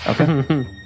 Okay